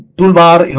tool bar, and